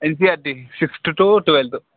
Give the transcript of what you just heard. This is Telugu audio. NCERT sixth to twelfth